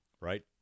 right